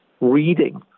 reading